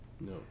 No